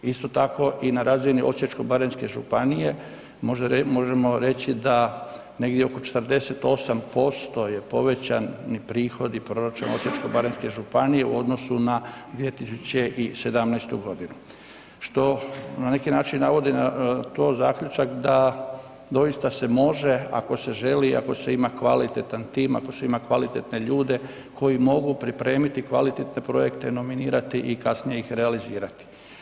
Isto tako i na razini Osječko-baranjske županije možemo reći da negdje 48% je povećan i prihod i proračun Osječko-baranjske županije u odnosu na 2017.g., što na neki način navodi na to zaključak da doista se može ako se želi, ako se ima kvalitetan tim, ako se ima kvalitetne ljude koji mogu pripremiti kvalitetne projekte, nominirati i kasnije ih realizirati.